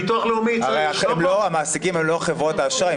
הרי המעסיקים הם לא חברות האשראי.